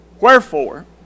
Wherefore